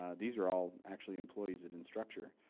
ah these are all actually employees of instructure.